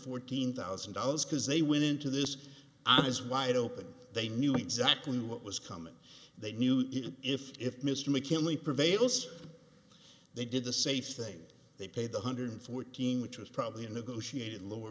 fourteen thousand dollars because they went into this eyes wide open they knew exactly what was coming they knew if if mr mckinley prevails they did the safe thing they paid one hundred fourteen which was probably a negotiated lower